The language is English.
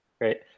Great